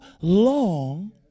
long